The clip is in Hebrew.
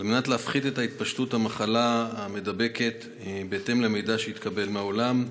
על מנת להפחית את התפשטות המחלה המדבקת בהתאם למידע שהתקבל מהעולם.